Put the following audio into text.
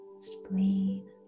spleen